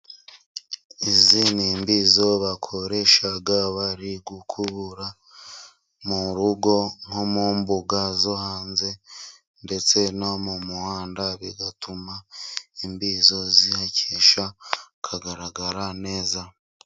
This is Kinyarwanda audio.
Izi ni imbizo bakoresha bari gukubura mu rugo, nko mu mbuga zo hanze, ndetse no mu muhanda bigatuma imbizo zihakesha hakagaragara neza.